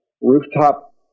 rooftop